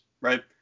right